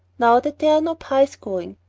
now that there are no pyes going.